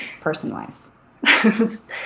person-wise